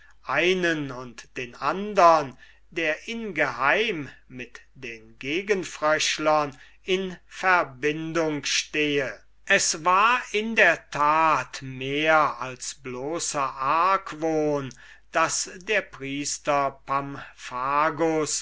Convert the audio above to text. einen und den andern gebe der ingeheim mit den gegenfröschlern in verbindung stehe es war in der tat mehr als bloßer argwohn daß der priester